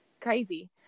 crazy